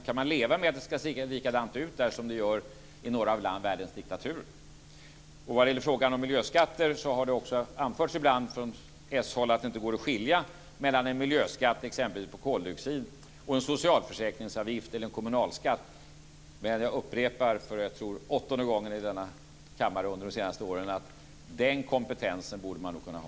Kan man leva med att det ska se likadant ut där som det gör i några av världens diktaturer? Vad gäller frågan om miljöskatter har det ibland anförts från s-håll att det inte går att skilja mellan en miljöskatt exempelvis på koldioxid och en socialförsäkringsavgift eller en kommunalskatt. Jag upprepar, för jag tror åttonde gången i denna kammare under de senaste åren, att den kompetensen borde man nog kunna ha.